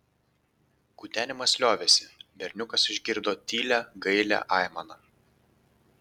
kutenimas liovėsi berniukas išgirdo tylią gailią aimaną